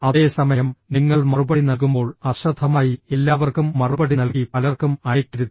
അതേസമയം നിങ്ങൾ മറുപടി നൽകുമ്പോൾ അശ്രദ്ധമായി എല്ലാവർക്കും മറുപടി നൽകി പലർക്കും അയയ്ക്കരുത്